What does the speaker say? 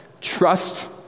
Trust